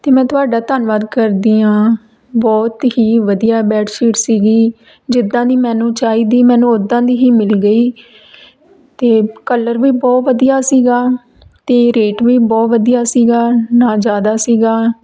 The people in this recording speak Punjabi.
ਅਤੇ ਮੈਂ ਤੁਹਾਡਾ ਧੰਨਵਾਦ ਕਰਦੀ ਹਾਂ ਬਹੁਤ ਹੀ ਵਧੀਆ ਬੈਡਸ਼ੀਟ ਸੀਗੀ ਜਿੱਦਾਂ ਦੀ ਮੈਨੂੰ ਚਾਹੀਦੀ ਮੈਨੂੰ ਉੱਦਾਂ ਦੀ ਹੀ ਮਿਲ ਗਈ ਅਤੇ ਕਲਰ ਵੀ ਬਹੁਤ ਵਧੀਆ ਸੀਗਾ ਅਤੇ ਰੇਟ ਵੀ ਬਹੁਤ ਵਧੀਆ ਸੀਗਾ ਨਾ ਜ਼ਿਆਦਾ ਸੀਗਾ